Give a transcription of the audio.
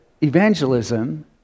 evangelism